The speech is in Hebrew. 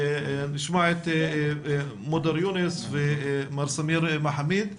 נשמע את מודר יונס ומר סמיר מחמיד.